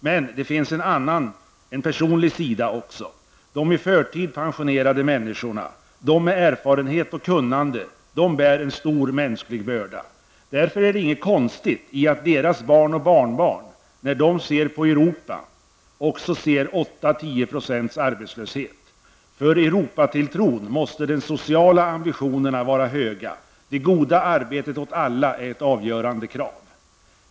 Men det finns en annan, en personlig sida också. De i förtid pensionerade människorna, de som har erfarenhet och kunnande, bär en stor mänsklig börda. Därför är det inget konstigt i att deras barn och barnbarn, när de ser på Europa, också ser 8--10 % arbetslöshet. För Europatilltron måste de sociala ambitionerna vara höga. Det goda arbetet åt alla är ett avgörande krav.